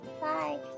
Bye